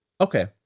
Okay